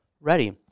ready